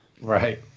right